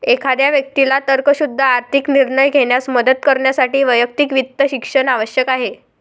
एखाद्या व्यक्तीला तर्कशुद्ध आर्थिक निर्णय घेण्यास मदत करण्यासाठी वैयक्तिक वित्त शिक्षण आवश्यक आहे